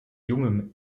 junge